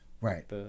right